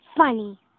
Funny